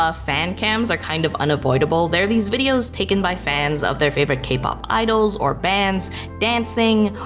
ah fancams are kind of unavoidable. they're these videos taken by fans of their favorite k-pop idols or bands dancing,